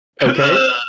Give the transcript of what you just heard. okay